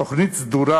תוכנית סדורה,